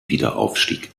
wiederaufstieg